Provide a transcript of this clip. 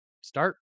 start